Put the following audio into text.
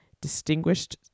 Distinguished